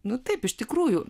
nu taip iš tikrųjų